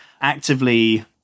actively